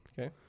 Okay